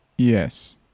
Yes